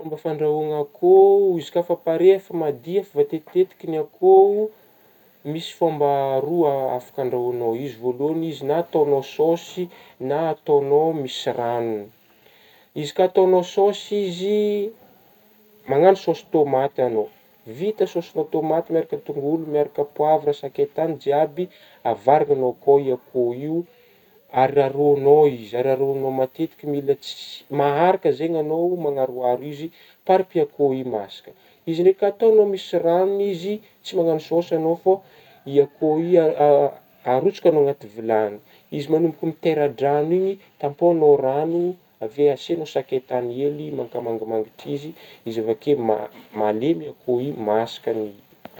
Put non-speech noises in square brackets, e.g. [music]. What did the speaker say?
Fômba fandrahoagna akôhô ,izy koa efa pare efa madiy efa voatetitetika ny akôhô, misy fômba roa [hesitation] afaka handrahoagna izy, voalohagny izy na ataognao saosy na atao misy ranogny, izy ka ataognao saosy izy [hesitation] managno saosy tômaty ianao, vita saosy-na tômaty miaraka dongolo miaraka poivra sakay tany jiaby avarinagnao koa akôhô io aroharoanao izy aroharoanao matetika mila tsisy maharaka zegny anao manaroharo izy parapy akôhô io masaka, izy ndraiky ataognao misy ranogny izy tsy managno saosy ianao fô, io akôho io [hesitation] arotsakagnao anaty vilagny ,izy manomboka mitera-drano igny tapoanao rano, avy eo asianao sakay tany hely maka mangimangitry izy, izy avy eo koa ma-malemy akôho io masaka ny.